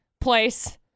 place